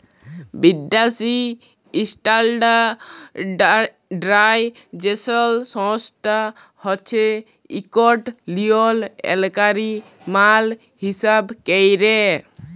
বিদ্যাসি ইস্ট্যাল্ডার্ডাইজেশল সংস্থা হছে ইকট লিয়লত্রলকারি মাল হিঁসাব ক্যরে